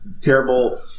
terrible